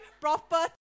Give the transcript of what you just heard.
proper